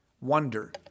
Wonder